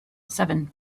seven